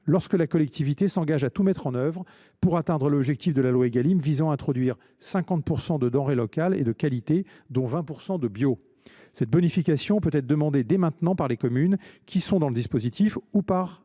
lorsque la collectivité s’engage à tout mettre en œuvre pour atteindre l’objectif de la loi Égalim visant à introduire dans les cantines 50 % de denrées locales et de qualité, dont 20 % de bio. Cette bonification peut être demandée dès maintenant par les communes qui bénéficient d’ores et déjà du dispositif ou par